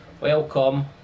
Welcome